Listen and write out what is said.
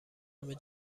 همه